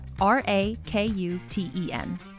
R-A-K-U-T-E-N